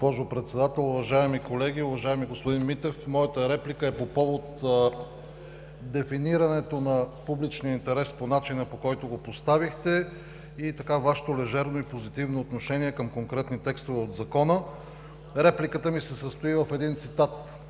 Госпожо Председател, уважаеми колеги, уважаеми господин Митев! Моята реплика е по повод дефинирането на публичния интерес по начина, по който го поставихте, и Вашето лежерно и позитивно отношение към конкретни текстове от Закона. Репликата ми се състои в един цитат